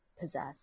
possess